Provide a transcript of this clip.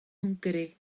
hwngari